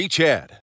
Chad